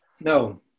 No